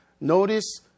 Notice